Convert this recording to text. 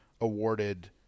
awarded